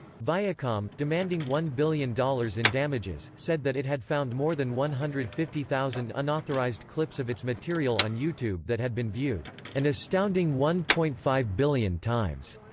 viacom, demanding one billion dollars in damages, said that it had found more than one hundred and fifty thousand unauthorized clips of its material on youtube that had been viewed an astounding one point five billion times.